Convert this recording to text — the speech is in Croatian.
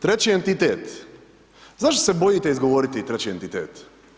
Treći entitet, zašto se bojite izgovoriti treći entitet?